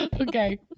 Okay